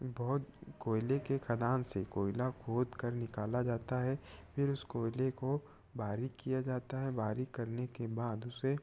बहुत कोयले की खदान से कोयला खोद कर निकाला जाता है फिर उस कोयले को बारीक किया जाता है बारीक करने के बाद उसे